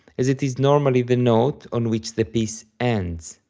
as it is normally the note on which the piece ends.